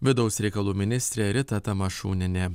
vidaus reikalų ministrė rita tamašunienė